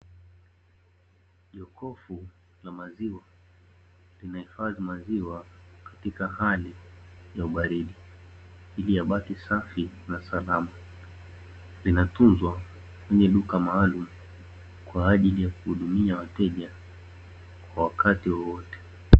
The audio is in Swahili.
Jokofu la maziwa linahifadhi maziwa katika hali ya ubaridi, ili yabaki safi na salama. Vinatunzwa kwenye duka maalumu kwaajili ya kuhudumia wateja kwa wakati wowote.